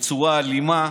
בצורה אלימה,